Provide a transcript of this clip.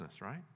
right